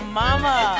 mama